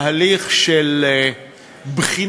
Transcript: תהליך של בחינת